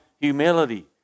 humility